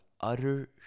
utter